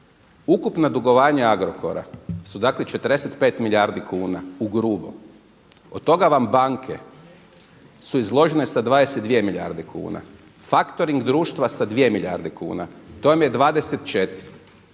Ukupna dugovanja Agrokora su dakle 45 milijardi kuna u grubo. Od toga vam banke su izložene sa 22 milijarde kuna, faktoring društva sa 2 milijarde kuna. To vam je 24.